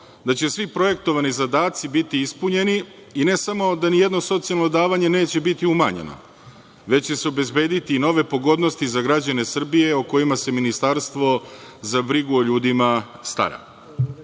da će svi projektovani zadaci biti ispunjeni i ne samo da nijedno socijalno davanje neće biti umanjeno, već će se obezbediti i nove pogodnosti za građane Srbije o kojima se ministarstvo za brigu o ljudima stara.